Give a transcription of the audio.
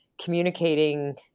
communicating